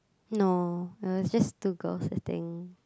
no it was just two girls I think